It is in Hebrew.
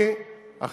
לא פוגעים בחיילים.